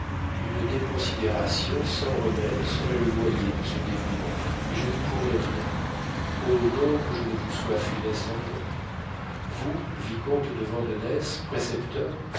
une déconsidération sans remède serait le loyer de ce dévouement et je n'y pourrais rien oh non que je ne vous sois funeste en rien vous vicomte de vandenesse précepteur